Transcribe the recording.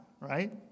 right